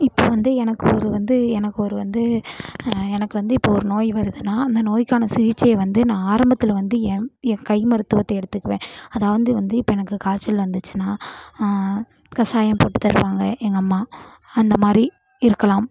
இப்போ வந்து எனக்கு ஒரு வந்து எனக்கு ஒரு வந்து எனக்கு வந்து இப்போது ஒரு நோய் வருதுனா அந்த நோய்க்கான சிகிச்சையை வந்து நான் ஆரம்பத்தில் வந்து என் என் கைமருத்துவத்தை எடுத்துக்குவேன் அதாவது வந்து இப்போ எனக்கு காய்ச்சல் வந்துச்சுன்னா கசாயம் போட்டு தருவாங்க எங்கள் அம்மா அந்த மாதிரி இருக்கலாம்